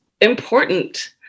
important